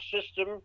system